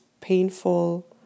painful